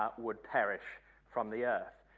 but would perish from the earth.